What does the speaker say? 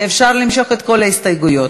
אפשר למשוך את כל ההסתייגויות.